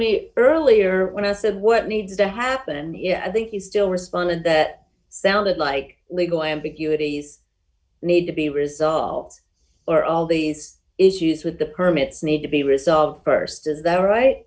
me earlier when i said what needs to happen here i think you still responded that sounded like legal ambiguities need to be resolved or all these issues with the permits need to be resolved st is that right